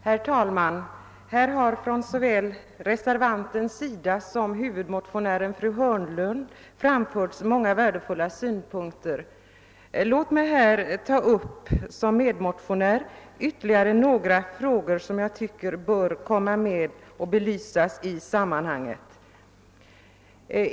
Herr talman! Såväl reservanten som huvudmotionären, fru Hörnlund, har här anfört många värdefulla synpunkter. Låt mig som medmotionär ta upp ytterligare några frågor som jag tycker bör komma med och belysas i sammanhanget!